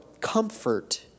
comfort